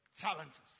challenges